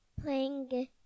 Playing